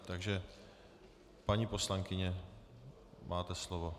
Takže paní poslankyně, máte slovo.